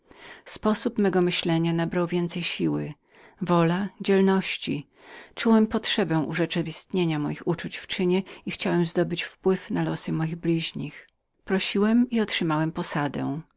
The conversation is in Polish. ducha sposób mego myślenia nabrał więcej siły wola dzielności czułem potrzebę urzeczywistnienia moich uczuć w czynie i pozyskania wpływu na przeznaczenie moich bliźnich prosiłem i otrzymałem posadę